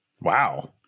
Wow